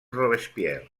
robespierre